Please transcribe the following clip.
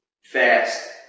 fast